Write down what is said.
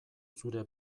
zure